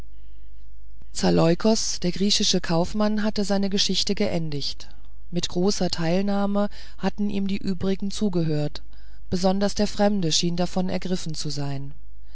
zaleukos der griechische kaufmann hatte seine geschichte geendigt mit großer teilnahme hatten ihm die übrigen zugehört besonders der fremde schien sehr davon ergriffen zu sein